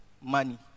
money